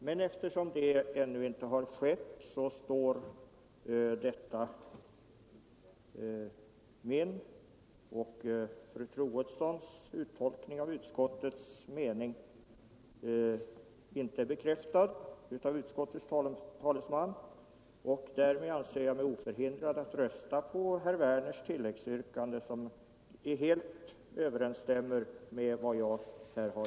Men eftersom någon sådan bekräftelse 30 oktober 1974 inte givits på denna min och fru Troedssons uttolkning av utskottets mening anser jag mig oförhindrad att rösta för herr Werners tilläggsyrkande, som <Dödsbegreppet, helt överensstämmer med vad jag talat för.